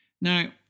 Now